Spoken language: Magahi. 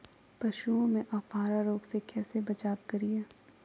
पशुओं में अफारा रोग से कैसे बचाव करिये?